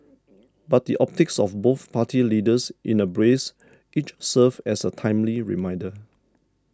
but the optics of both party leaders in a brace each serves as a timely reminder